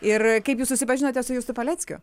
ir kaip jūs susipažinote su justu paleckiu